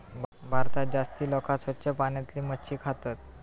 भारतात जास्ती लोका स्वच्छ पाण्यातली मच्छी खातत